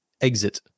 exit